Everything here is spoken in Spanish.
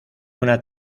una